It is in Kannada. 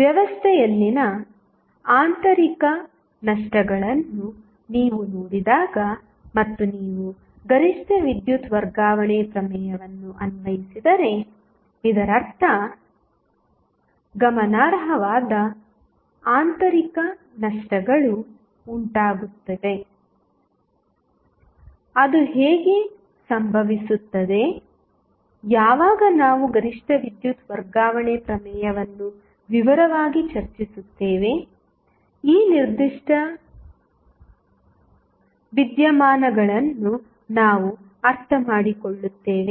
ವ್ಯವಸ್ಥೆಯಲ್ಲಿನ ಆಂತರಿಕ ನಷ್ಟಗಳನ್ನು ನೀವು ನೋಡಿದಾಗ ಮತ್ತು ನೀವು ಗರಿಷ್ಠ ವಿದ್ಯುತ್ ವರ್ಗಾವಣೆ ಪ್ರಮೇಯವನ್ನು ಅನ್ವಯಿಸಿದರೆ ಇದರರ್ಥ ಗಮನಾರ್ಹವಾದ ಆಂತರಿಕ ನಷ್ಟಗಳು ಉಂಟಾಗುತ್ತವೆ ಅದು ಹೇಗೆ ಸಂಭವಿಸುತ್ತದೆ ಯಾವಾಗ ನಾವು ಗರಿಷ್ಠ ವಿದ್ಯುತ್ ವರ್ಗಾವಣೆ ಪ್ರಮೇಯವನ್ನು ವಿವರವಾಗಿ ಚರ್ಚಿಸುತ್ತೇವೆ ಈ ನಿರ್ದಿಷ್ಟ ವಿದ್ಯಮಾನಗಳನ್ನು ನಾವು ಅರ್ಥಮಾಡಿಕೊಳ್ಳುತ್ತೇವೆ